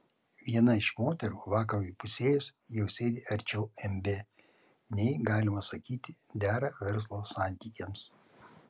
viena iš moterų vakarui įpusėjus jau sėdi arčiau mb nei galima sakyti dera verslo santykiams